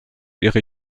ihre